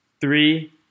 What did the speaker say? Three